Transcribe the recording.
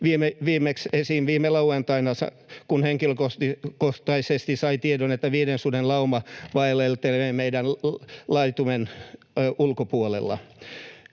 viimeksi esiin viime lauantaina, kun henkilökohtaisesti sain tiedon, että viiden suden lauma vaeltelee meidän laitumen ulkopuolella.